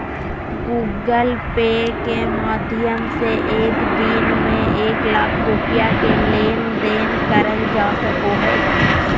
Google Pay के माध्यम से एक दिन में एक लाख रुपया के लेन देन करल जा सको हय